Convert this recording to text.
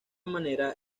manera